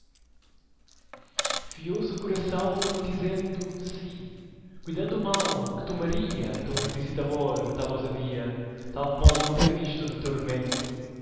o coração de muito isento de si cuidando mal que tomaria tão ilícito amor tal ousadia tal modo nunca visto de tormento